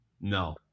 No